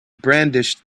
brandished